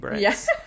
Yes